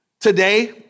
today